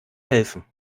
helfen